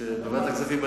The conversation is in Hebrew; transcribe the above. וועדת הכספים.